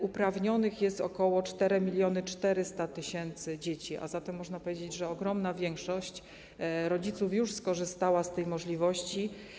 Uprawnionych jest ok. 4400 tys. dzieci, a zatem można powiedzieć, że ogromna większość rodziców już skorzystała z tej możliwości.